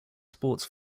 sports